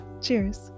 Cheers